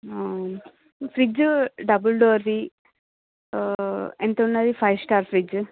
fridge double door ది ఎంతున్నది five star fridge